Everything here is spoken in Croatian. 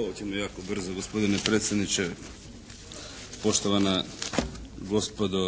Ovo ćemo jako brzo gospodine predsjedniče. Poštovana gospodo